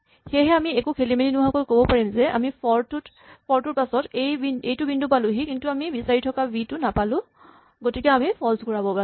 সেয়েহে আমি একো খেলি মেলি নোহোৱাকৈ ক'ব পাৰিম যে আমি ফৰ টোৰ পাছত এইটো বিন্দু পালোহি কিন্তু আমি বিচাৰি থকা ভি টো বিচাৰি নাপালো গতিকে আমি ফল্চ ঘূৰাব লাগে